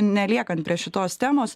ne liekant prie šitos temos